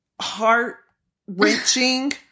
Heart-wrenching